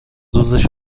روزشو